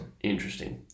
Interesting